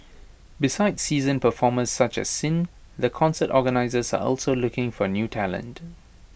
besides seasoned performers such as sin the concert organisers are also looking for new talent